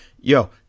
Yo